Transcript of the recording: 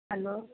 hello